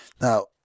Now